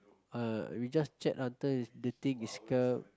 uh we just chat until the thing is